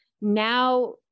now